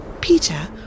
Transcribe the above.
Peter